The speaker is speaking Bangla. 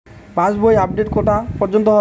পাশ বই আপডেট কটা পর্যন্ত হয়?